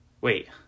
wait